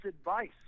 advice